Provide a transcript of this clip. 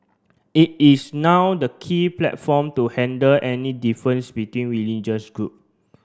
it is now the key platform to handle any difference between religious group